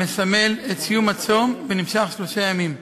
המסמל את סיום הצום ונמשך שלושה ימים.